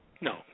No